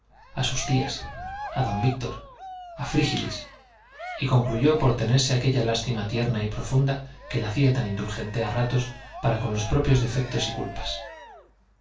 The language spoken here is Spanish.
a sus tías a d víctor a frígilis y concluyó por tenerse aquella lástima tierna y profunda que la hacía tan indulgente a ratos para con los propios defectos y culpas